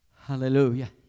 Hallelujah